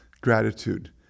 gratitude